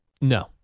No